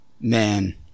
Man